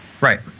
Right